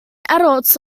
adults